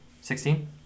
Sixteen